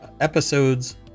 episodes